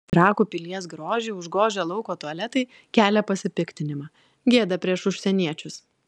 trakų pilies grožį užgožę lauko tualetai kelia pasipiktinimą gėda prieš užsieniečius